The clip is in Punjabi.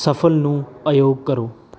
ਸ਼ਫਲ ਨੂੰ ਅਯੋਗ ਕਰੋ